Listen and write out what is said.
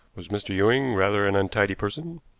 was mr. ewing rather an untidy person?